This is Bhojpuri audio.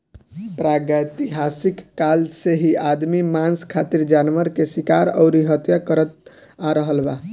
प्रागैतिहासिक काल से ही आदमी मांस खातिर जानवर के शिकार अउरी हत्या करत आ रहल बा